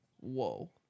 Whoa